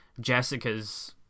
Jessica's